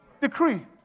decree